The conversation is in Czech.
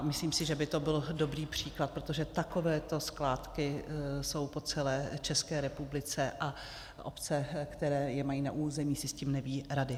Myslím, že by to byl dobrý příklad, protože takovéto skládky jsou po celé České republice a obce, které je mají na území, si s tím nevědí rady.